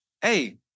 Hey